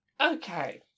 Okay